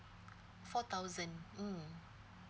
four thousand mm